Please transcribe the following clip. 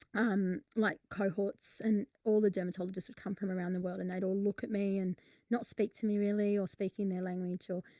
um, like cohorts and all the dermatologists would come from around the world and they'd all look at me and not speak to me, really, or speaking in their language or